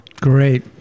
Great